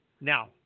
Now